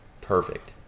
perfect